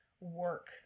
work